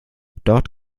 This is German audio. dort